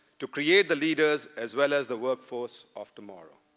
to create the leaders as well as the workforce of tomorrow?